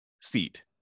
seat